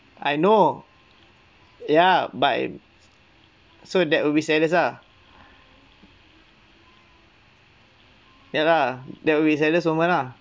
I know ya but so that will be saddest lah ya lah that will be the saddest moment lah